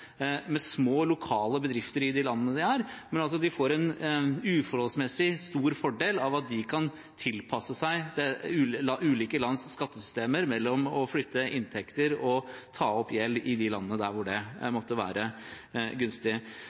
med små, lokale bedrifter i de landene de er i, men de får altså en uforholdsmessig stor fordel av at de kan tilpasse seg ulike lands skattesystemer gjennom å flytte inntekter og ta opp gjeld i de landene der hvor det måtte være gunstig.